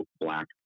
black